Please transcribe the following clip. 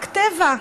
רק טבע.